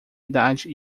idade